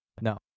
No